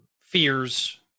fears